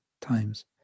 times